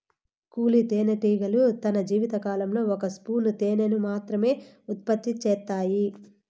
కూలీ తేనెటీగలు తన జీవిత కాలంలో ఒక స్పూను తేనెను మాత్రమె ఉత్పత్తి చేత్తాయి